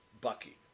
Bucky